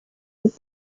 that